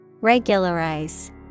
Regularize